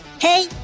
Hey